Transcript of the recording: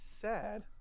sad